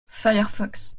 firefox